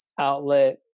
Outlet